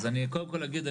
אז אני קודם כל אגיד,